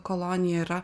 kolonija yra